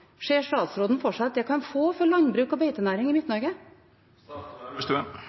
ser statsråden for seg at det kan få for landbruk og beitenæring i